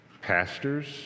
pastors